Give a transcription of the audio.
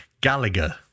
Gallagher